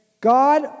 God